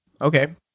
Okay